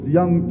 Young